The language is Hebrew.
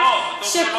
פה, בגבולות המדינה.